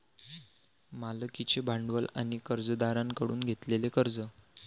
मालकीचे भांडवल आणि कर्जदारांकडून घेतलेले कर्ज